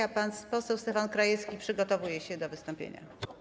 A pan poseł Stefan Krajewski przygotowuje się do wystąpienia.